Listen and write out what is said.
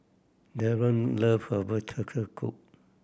Dereon love herbal turtle